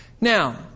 now